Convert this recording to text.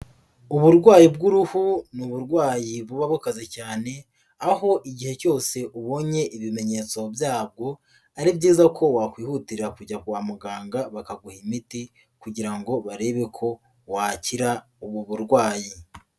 Uburwayi bw'uruhu ni uburwayi buba bukaze cyane, aho igihe cyose ubonye ibimenyetso byabwo ari byiza ko wakwihutira kujya kwa muganga bakaguha imiti kugira ngo barebe ko wakira ubu burwayi.